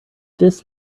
this